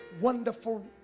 wonderful